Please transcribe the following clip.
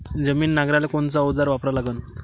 जमीन नांगराले कोनचं अवजार वापरा लागन?